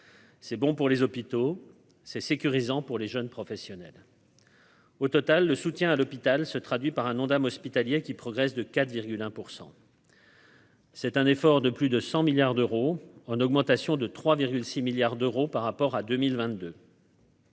C'est bon pour les hôpitaux, c'est sécurisant pour les jeunes professionnels. Au total, le soutien à l'hôpital se traduit par un Ondam hospitalier qui progresse de 4 virgule un pour 100. C'est un effort de plus de 100 milliards d'euros, en augmentation de 3 6 milliards d'euros par rapport à 2022.